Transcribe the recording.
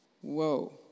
Whoa